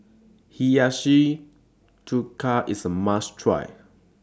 Hiyashi Chuka IS A must Try